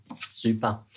Super